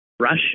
Russia